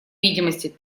видимости